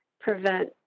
prevent